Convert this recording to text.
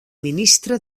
ministre